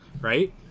right